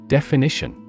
Definition